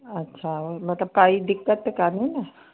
अच्छा मतिलबु काई दिक़तु कोन्हे न